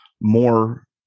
more